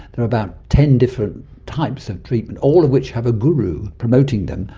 there are about ten different types of treatment, all of which have a guru promoting them.